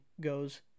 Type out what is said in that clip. goes